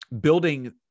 building